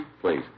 Please